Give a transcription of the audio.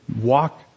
walk